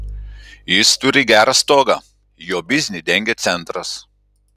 jis turi gerą stogą jo biznį dengia centras